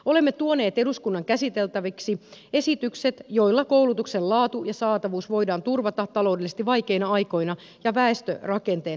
olemme tuoneet eduskunnan käsiteltäväksi esitykset joilla koulutuksen laatu ja saatavuus voidaan turvata taloudellisesti vaikeina aikoina ja väestörakenteen muuttuessa